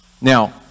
now